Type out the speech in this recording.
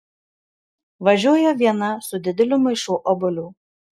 važiuoja viena su dideliu maišu obuolių